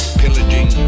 pillaging